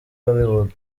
hollywood